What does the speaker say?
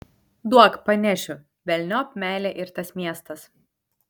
duok panešiu velniop meilė ir tas miestas